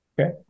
Okay